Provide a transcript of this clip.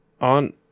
on